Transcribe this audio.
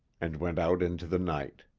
and went out into the night.